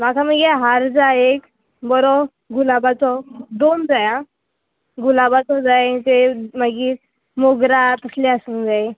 म्हाका मागीर हार जाय एक बरो गुलाबाचो दोन जाय आ गुलाबाचो जाय ते मागीर मोगरा कसले आसूंक जाय